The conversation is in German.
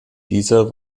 dieser